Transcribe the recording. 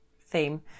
theme